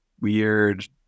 weird